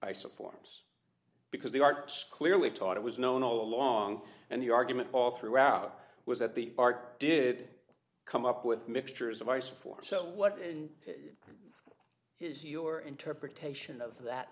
so for us because the arts clearly taught it was known all along and the argument all throughout was that the art did come up with mixtures of ice for so what is your interpretation of that